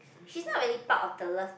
she's not really part of the love